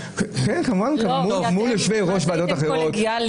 כמובן מול יושבי-ראש ועדות אחרים,